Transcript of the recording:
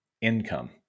income